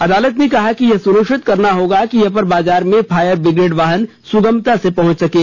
अदालत ने कहा कि यह सुनिश्चित करना होगा कि अपर बाजार में फायर ब्रिगेड वाहन सुगमता से पहुंच सकें